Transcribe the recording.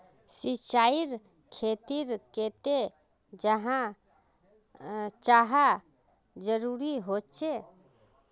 सिंचाईर खेतिर केते चाँह जरुरी होचे?